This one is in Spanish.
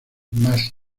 más